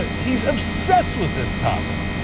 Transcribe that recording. ah he is obsessed with this topic,